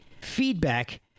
feedback